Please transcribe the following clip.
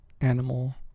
animal